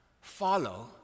follow